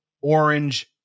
Orange